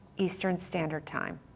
eastern standard time.